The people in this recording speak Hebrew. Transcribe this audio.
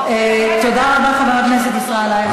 תודה רבה, חבר הכנסת ישראל אייכלר.